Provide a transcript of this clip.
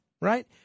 right